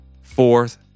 Fourth